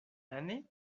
d’années